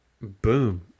Boom